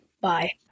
Bye